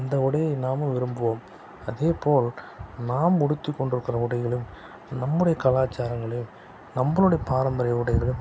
அந்த உடையை நாமும் விரும்புவோம் அதேபோல் நாம் உடுத்திக்கொண்டிருக்கிற உடைகளும் நம்முடைய கலாச்சாரங்களையும் நம்பளுடைய பாரம்பரிய உடைகளையும்